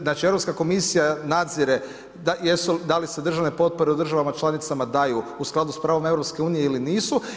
Znači Europska komisija nadzire da li se državne potpore u državama članicama daju u skladu sa pravom EU ili nisu.